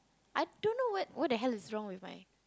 I don't know what what the hell is wrong with my